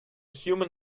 human